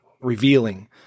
revealing